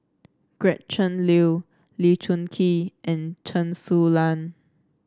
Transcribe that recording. Gretchen Liu Lee Choon Kee and Chen Su Lan